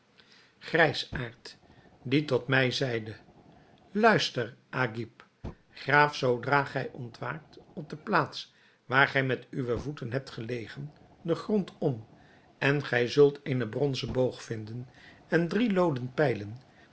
grijsaard die tot mij zeide luister agib graaf zoodra gij ontwaakt op de plaats waar gij met uwe voeten hebt gelegen den grond om en gij zult een bronzen boog vinden en drie loden pijlen